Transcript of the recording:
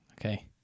Okay